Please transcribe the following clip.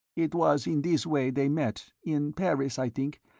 it was in this way they met, in paris, i think,